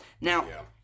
Now